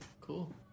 cool